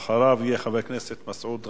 ואחריו, חבר הכנסת מסעוד גנאים,